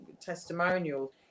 testimonial